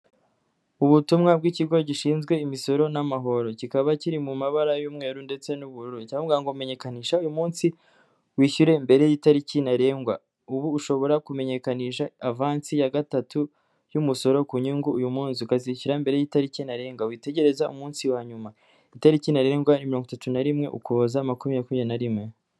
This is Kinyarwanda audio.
Ubutumwa bw'ikigo gishinzwe imisoro n'amahoro kikaba kiri mu mabara y'umweru ndetse n,ubururu kiravuga ngo menyekanishe uyu umunsi wishyure mbere y'itariki ntarengwa ubu ushobora kumenyekanisha avansi ya gatatu y'umusoro ku nyungu uyu munsi ukazishyura mbere y'itariki ntarengwa witegereza umunsi wa nyuma itariki ntarengwa mirongo itatu na rimwe ukuboza makumyakubiri nari rimwe.